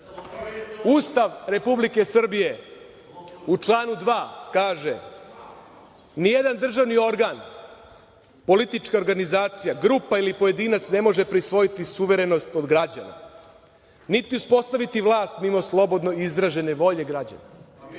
Ustav Republike Srbije u članu 2. kaže – nijedan državni organ, politička organizacija, grupa ili pojedinac ne može prisvojiti suverenost od građana, niti uspostaviti vlast mimo slobodno izražene volje građana.